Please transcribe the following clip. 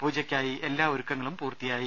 പൂജയ്ക്കായി എല്ലാ ഒരുക്കങ്ങളും പൂർത്തി യായി